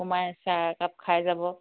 সোমাই চাহ একাপ খাই যাব